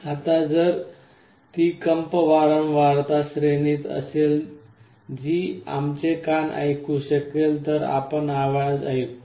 आता जर ती कंप वारंवारता श्रेणीत असेल जी आमचे कान ऐकू शकेल तर आपण आवाज ऐकू